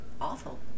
Awful